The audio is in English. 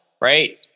Right